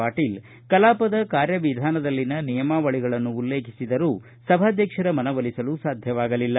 ಪಾಟೀಲ್ ಕಲಾಪದ ಕಾರ್ಯವಿಧಾನದಲ್ಲಿನ ನಿಯಮಾವಳಿಗಳನ್ನು ಉಲ್ಲೇಖಿಸಿದರೂ ಸಭಾಧ್ವಕ್ಷರ ಮನವೊಲಿಸಲು ಸಾಧ್ಯವಾಗಲಿಲ್ಲ